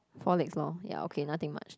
four legs loh ya okay nothing much